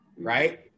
right